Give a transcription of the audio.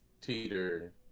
teeter